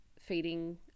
feeding